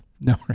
no